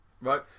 right